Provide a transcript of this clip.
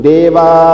Deva